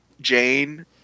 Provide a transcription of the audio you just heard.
Jane